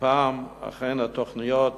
שהפעם אכן התוכניות